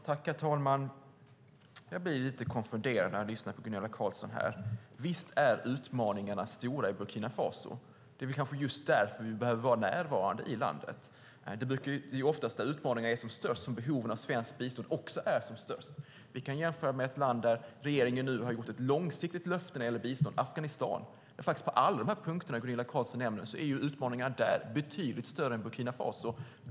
Herr talman! Jag blir lite konfunderad när jag lyssnar på Gunilla Carlsson. Visst är utmaningarna stora i Burkina Faso. Det är kanske just därför vi behöver vara närvarande i landet. Det är oftast där utmaningarna är som störst som behovet av svenskt bistånd också är som störst. Vi kan jämföra med ett land där regeringen nu har gjort ett långsiktigt löfte när det gäller bistånd: Afghanistan. På alla de punkter som Gunilla Carlsson nämner är utmaningarna där betydligt större än i Burkina Faso.